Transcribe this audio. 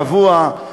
קבוע,